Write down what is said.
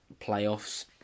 playoffs